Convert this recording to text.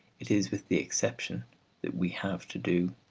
it is with the exception that we have to do.